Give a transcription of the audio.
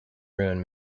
ruin